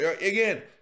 Again